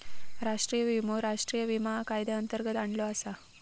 राष्ट्रीय विमो राष्ट्रीय विमा कायद्यांतर्गत आणलो आसा